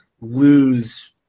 lose